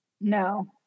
No